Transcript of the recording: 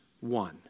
one